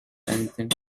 anything